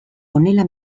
honela